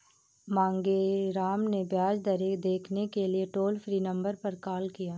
मांगेराम ने ब्याज दरें देखने के लिए टोल फ्री नंबर पर कॉल किया